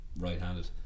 right-handed